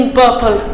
purple